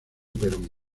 perón